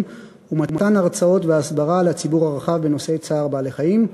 ומתן הרצאות והסברה לציבור הרחב בנושאי צער בעלי-חיים.